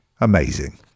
amazing